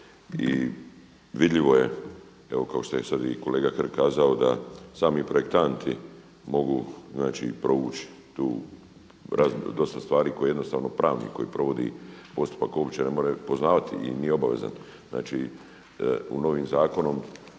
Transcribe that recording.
i vidljivo je evo kao što je sad i kolega Hrg kazao da sami projektanti mogu znači provući tu dosta stvari koje jednostavno pravnik koji provodi postupak uopće ne mora poznavati i nije obavezan. Znači u novom zakonu